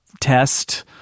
test